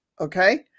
okay